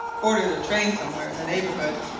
boarded a train somewhere in the neighbourhood,